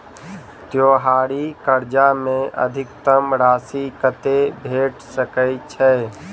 त्योहारी कर्जा मे अधिकतम राशि कत्ते भेट सकय छई?